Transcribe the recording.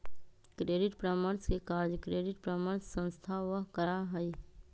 credit परामर्श के कार्य क्रेडिट परामर्श संस्थावह करा हई